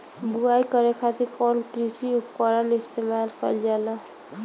बुआई करे खातिर कउन कृषी उपकरण इस्तेमाल कईल जाला?